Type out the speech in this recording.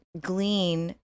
glean